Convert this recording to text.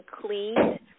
cleaned